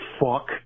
fuck